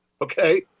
Okay